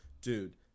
dude